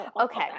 Okay